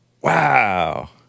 Wow